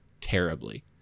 terribly